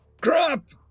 Crap